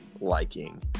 liking